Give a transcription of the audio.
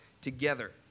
together